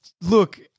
look